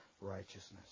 righteousness